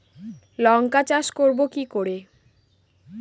লঙ্কা চাষ করব কি করে?